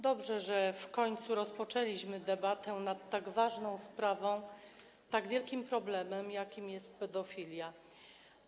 Dobrze, że w końcu rozpoczęliśmy debatę nad tak ważną sprawą, tak wielkim problemem, jakim jest pedofilia.